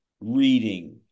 reading